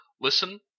listen